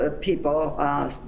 people